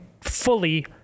fully